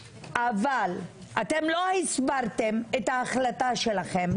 אתם לא הסברתם את ההחלטה שלכם,